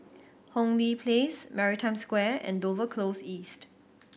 Hong Lee Place Maritime Square and Dover Close East